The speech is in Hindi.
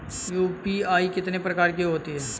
यू.पी.आई कितने प्रकार की होती हैं?